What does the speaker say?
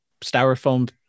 styrofoam